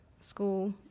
school